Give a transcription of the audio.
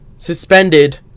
suspended